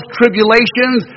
tribulations